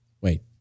Wait